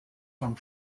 vom